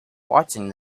watching